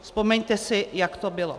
Vzpomeňte si, jak to bylo.